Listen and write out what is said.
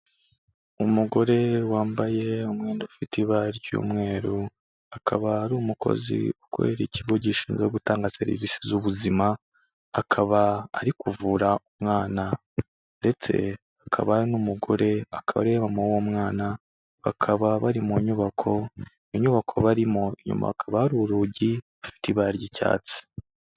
Umugore wambaye umwenda ufite ibara ry'umweru, akaba ari umukozi ukorera ikigo gishinzwe gutanga serivisi z'ubuzima, akaba ari kuvura umwana ndetse akaba hari n'umugore akaba ariwe mama w'uwo mwana bakaba bari mu nyubako, inyubako barimo inyuma hakaba hari urugi rufite iba ry'icyatsi.